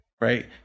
right